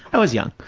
i was young.